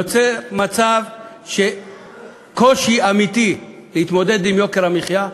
יוצר מצב של קושי אמיתי להתמודד עם יוקר המחיה,